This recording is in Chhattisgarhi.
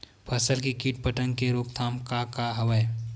फसल के कीट पतंग के रोकथाम का का हवय?